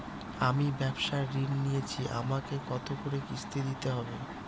আমি ব্যবসার ঋণ নিয়েছি আমাকে কত করে কিস্তি দিতে হবে?